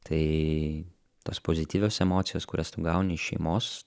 tai tos pozityvios emocijos kurias tu gauni iš šeimos